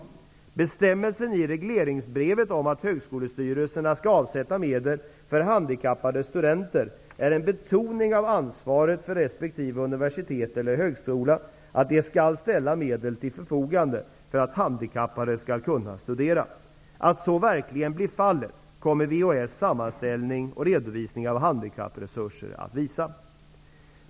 Bestämmelsen i regleringsbrevet om att högskolestyrelserna skall avsätta medel för handikappade studenter är en betoning av ansvaret för resp. universitet eller högskola att de skall ställa medel till förfogande för att handikappade skall kunna studera. Att så verkligen blir fallet kommer VHS sammanställning och redovisning av handikappresurser att visa.